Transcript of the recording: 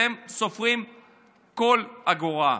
והם סופרים כל אגורה.